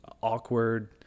awkward